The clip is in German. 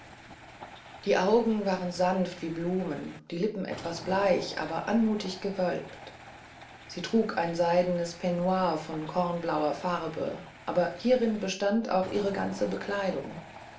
die augen waren sanft wie blumen die lippen etwas bleich aber anmutig gewölbt sie trug ein seidnes peignoir von kornblauer farbe aber hierin bestand auch ihre ganze bekleidung